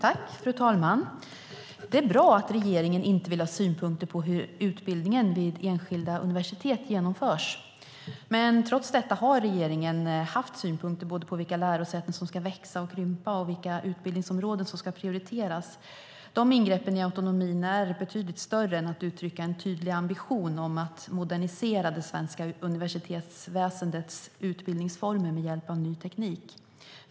Fru talman! Det är bra att regeringen inte vill ha synpunkter på hur utbildningen vid enskilda universitet genomförs. Men trots detta har regeringen haft synpunkter på både vilka lärosäten som ska växa och krympa och vilka utbildningsområden som ska prioriteras. De ingreppen i autonomin är betydligt större än att uttrycka en tydlig ambition om att modernisera det svenska universitetsväsendets utbildningsformer med hjälp av ny teknik.